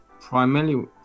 primarily